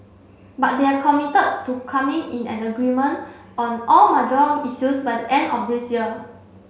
but they have committed to coming in an agreement on all major issues by the end of this year